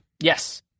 Yes